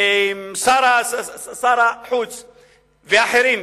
שר החוץ ואחרים,